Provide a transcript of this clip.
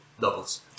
doubles